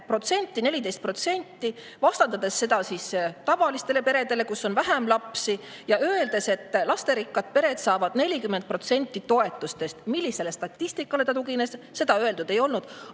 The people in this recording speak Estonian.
14%, vastandades seda tavalistele peredele, kus on vähem lapsi, öeldes, et lasterikkad pered saavad 40% toetustest. Millisele statistikale ta tugines, seda öeldud ei olnud,